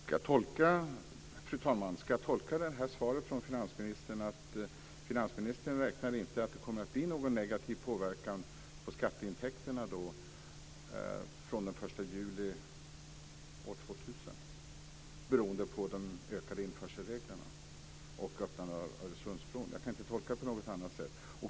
Fru talman! Ska jag tolka svaret från finansministern att finansministern inte räknar med att det ska bli en negativ påverkan på skatteintäkterna från den 1 juli år 2000 beroende på de ökade införselreglerna och öppnandet av Öresundsbron? Jag kan inte tolka det på något annat sätt.